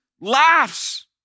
laughs